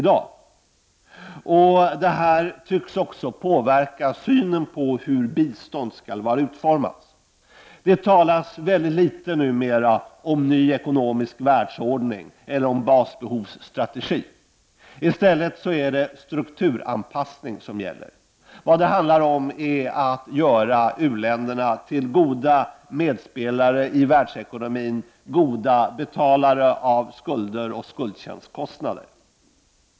Detta tycks också påverka synen på hur bistånd skall utformas. Det talas numera mycket litet om en ny ekonomisk världsordning eller om basbehovsstrategi. I stället är det strukturanpassning som gäller. Vad det handlar om är att göra u-länderna till goda medspelare i världsekonomin samt goda betalare av skulder och skuldtjänstkostnader.